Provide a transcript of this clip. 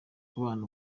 kubona